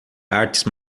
artes